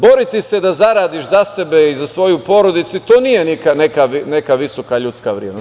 Boriti se da zaradiš za sebe i za svoju porodicu, to nije neka visoka ljudska vrednost.